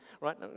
Right